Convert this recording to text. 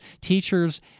teachers